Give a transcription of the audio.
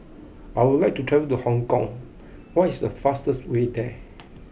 I would like to travel to Hong Kong what is the fastest way there